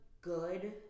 good